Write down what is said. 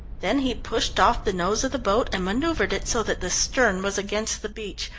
then he pushed off the nose of the boat, and manoeuvred it so that the stern was against the beach,